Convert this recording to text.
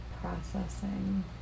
processing